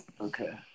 Okay